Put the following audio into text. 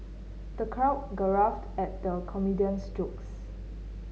the crowd guffawed at the comedian's jokes